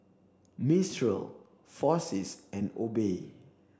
Mistral and Obey